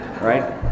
Right